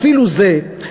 אפילו זה,